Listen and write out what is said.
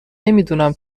نمیدونم